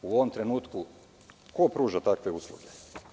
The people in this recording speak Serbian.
U ovom trenutku ko pruža takve usluge?